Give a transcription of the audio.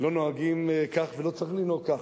לא נוהגים כך ולא צריך לנהוג כך,